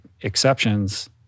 exceptions